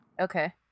Okay